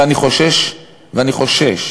ואני חושש